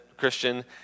Christian